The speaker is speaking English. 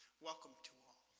welcome to all.